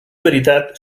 veritat